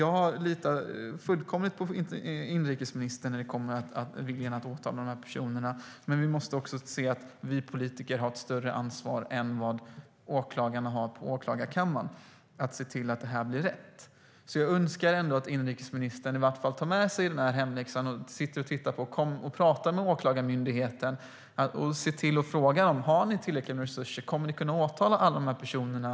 Jag litar som sagt fullkomligt på inrikesministern i fråga om viljan att åtala de personerna. Men vi politiker har ett större ansvar än åklagarna på åklagarkammaren för att se till att det blir rätt. Jag önskar ändå att inrikesministern tar med sig den här hemläxan, att han pratar med Åklagarmyndigheten och frågar: Har ni tillräckligt med resurser? Kommer ni att kunna åtala alla personerna?